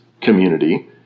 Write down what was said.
community